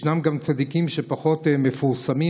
ישנם גם צדיקים פחות מפורסמים,